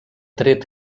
tret